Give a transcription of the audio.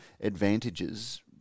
advantages